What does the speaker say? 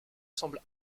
semble